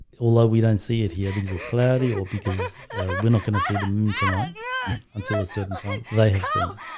although we don't see it here because of clarity or because we're not gonna see the moon tonight yeah until a certain time. they have seen it.